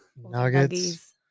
Nuggets